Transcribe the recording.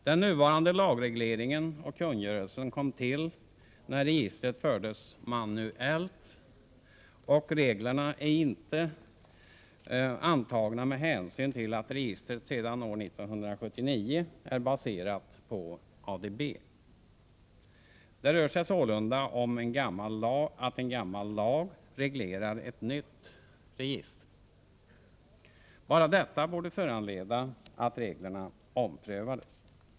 Den nuvarande lagregleringen och kungörelsen kom till när registret fördes manuellt och reglerna är inte antagna med hänsyn till att registret sedan år 1979 är baserat på ADB. Det rör sig sålunda om att en gammal lag reglerar ett nytt register. Bara detta borde föranleda att regleringen omprövades.